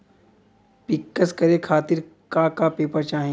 पिक्कस करे खातिर का का पेपर चाही?